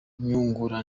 nyungura